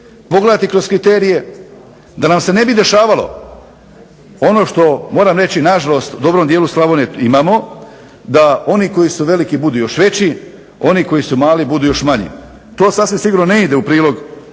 pogledati kroz kriterije da nam se ne bi dešavalo ono što moram reći nažalost u dobrom dijelu Slavonije imamo, da oni koji su veliki budu još veći, oni koji su mali budu još manji. To sasvim sigurno ne ide u prilog